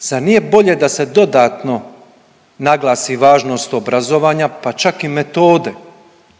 zar nije bolje da se dodatno naglasi važnost obrazovanja, pa čak i metode